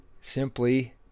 simply